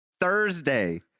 Thursday